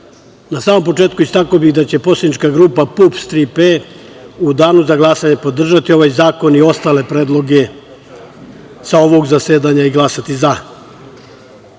samom početku istakao bih da će Poslanička grupa PUPS „Tri P“ u danu za glasanje podržati ovaj zakon i ostale predloge sa ovog zasedanja i glasati –